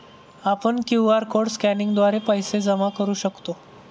आपण QR code स्कॅनिंगद्वारे पैसे जमा करू शकतो